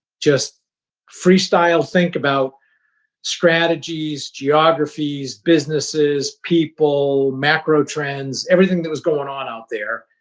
just freestyle think about strategies, geographies, businesses, people, macrotrends, everything that was going on out there,